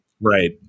Right